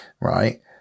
Right